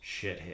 shithead